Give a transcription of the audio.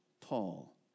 Paul